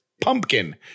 PUMPKIN